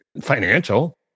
financial